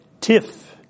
Tiff